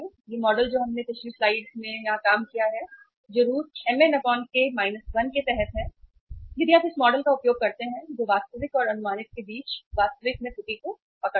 यह मॉडल जो हमने पिछली स्लाइड में यहां काम किया है जो रूट mn k 1 के तहत है यदि आप इस मॉडल का उपयोग करते हैं जो वास्तविक और अनुमानित के बीच वास्तविक में त्रुटि को पकड़ लेगा